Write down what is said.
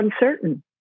uncertain